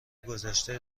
گذشته